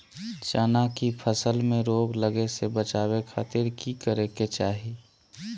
चना की फसल में रोग लगे से बचावे खातिर की करे के चाही?